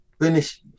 finish